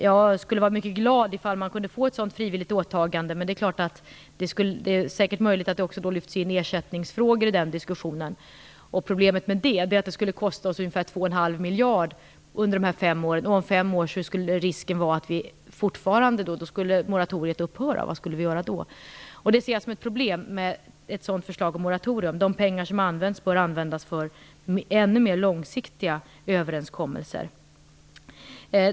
Jag skulle vara mycket glad om vi fick ett sådant frivilligt åtagande, men då skulle säkert ersättningsfrågor blandas in i den diskussionen. Problemet med ersättning är att det skulle kosta oss ungefär 2,5 miljarder under dessa fem år. Vad gör vi då om fem år när moratoriet upphör? Det ser jag som ett problem med förslaget om moratorium. De pengar som används bör användas för mer långsiktiga överenskommelser.